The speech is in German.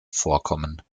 vorkommen